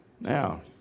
Now